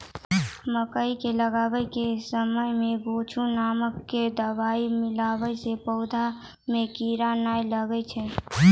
मकई के लगाबै के समय मे गोचु नाम के दवाई मिलैला से पौधा मे कीड़ा नैय लागै छै?